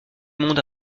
monde